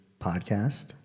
podcast